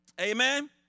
Amen